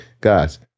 guys